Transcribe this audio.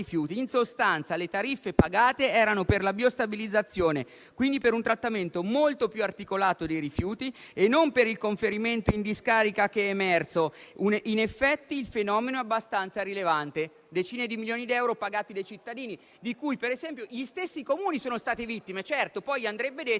In sostanza le tariffe pagate erano per la biostabilizzazione, quindi per un trattamento molto più articolato dei rifiuti e non per il conferimento in discarica che è emerso. In effetti il fenomeno abbastanza rilevante». Parliamo di decine di milioni di euro pagati dai cittadini e gli stessi Comuni ne sono stati vittime. Certo, poi andrebbe detto